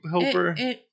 helper